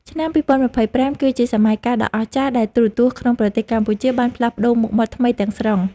ឆ្នាំ ២០២៥ គឺជាសម័យកាលដ៏អស្ចារ្យដែលទូរទស្សន៍ក្នុងប្រទេសកម្ពុជាបានផ្លាស់ប្តូរមុខមាត់ថ្មីទាំងស្រុង។